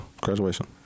graduation